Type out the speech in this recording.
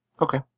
Okay